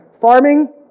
Farming